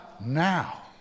now